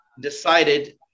decided